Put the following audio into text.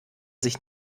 sich